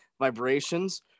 vibrations